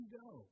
go